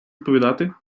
відповідати